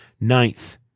ninth